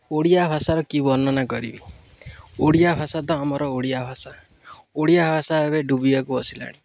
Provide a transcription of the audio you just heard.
ଓଡ଼ିଆ ଭାଷାର କି ବର୍ଣ୍ଣନା କରିବି ଓଡ଼ିଆ ଭାଷା ତ ଆମର ଓଡ଼ିଆ ଭାଷା ଓଡ଼ିଆ ଭାଷା ଏବେ ଡୁବିିବାକୁ ବସିଲାଣି